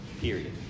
Period